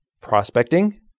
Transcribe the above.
prospecting